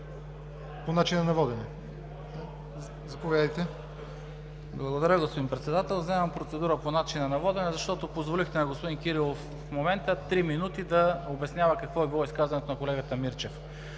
по начина на водене. Заповядайте.